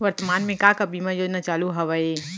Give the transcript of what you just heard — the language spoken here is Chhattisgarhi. वर्तमान में का का बीमा योजना चालू हवये